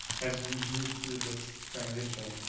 as we've moved through this transition,